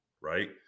right